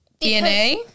dna